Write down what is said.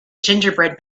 gingerbread